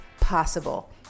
possible